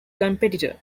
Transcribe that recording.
competitor